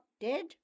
dead